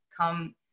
come